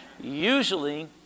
usually